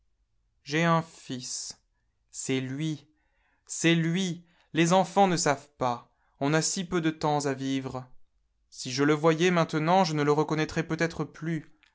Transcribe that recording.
j'ai un fils c'est lui c'est lui les enfants ne savent pas on a si peu de temps à vivre si je le voyais maintenant je ne le reconnaîtrais peut-être plus